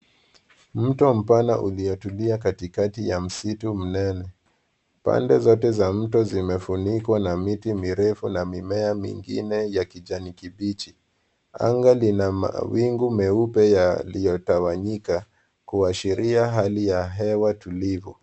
Mto mpana uliotulia katikati ya msitu mnene. Pande zote za mto zimefunikwa na miti mirefu na mimea mingine ya kijani kibichi. Anga lina mawingu meupe yaliotawanyika kuashiria hali ya hewa tulivu.